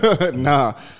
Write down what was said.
Nah